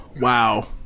Wow